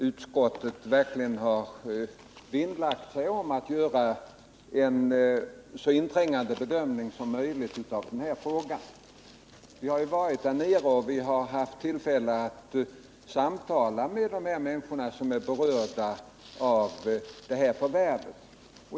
Utskottet har verkligen vinnlagt sig om att göra en så inträngande bedömning av ärendet som möjligt. Vi har också haft tillfälle att samtala med de människor som är berörda av markförvärvet.